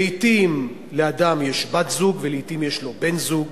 לעתים לאדם יש בת-זוג, ולעתים יש לו בן-זוג,